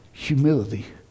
Humility